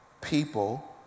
people